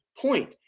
point